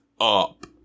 up